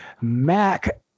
Mac